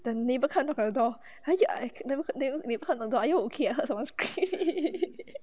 the neighbour come look at the door !aiya! I never heard then they knock on the door are you okay I heard someone screaming